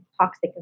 Toxic